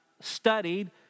studied